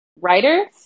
writers